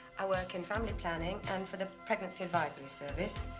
i work in family planning and for the pregnancy advisory service.